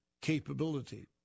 capability